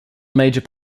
major